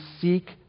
seek